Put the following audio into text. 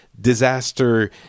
disaster